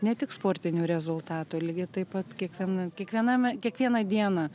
ne tik sportinių rezultatų lygiai taip pat kiekviena kiekvienam kiekvieną dieną